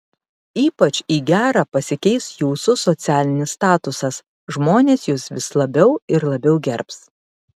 ypač į gerą pasikeis jūsų socialinis statusas žmonės jus vis labiau ir labiau gerbs